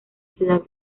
ciudad